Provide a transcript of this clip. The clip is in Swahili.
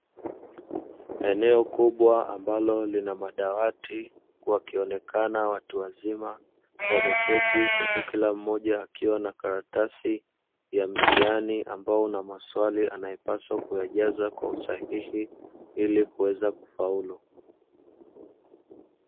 Eneo kubwa ambalo lina madawati. Wakionekana watu wazima wameketi, huku kila mmoja akiwa na karatasi ya mtihani ambao una maswali anayopaswa kujaza kwa usahihi ili kuweza kufaulu.